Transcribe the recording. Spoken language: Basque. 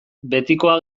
betikoa